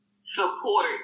support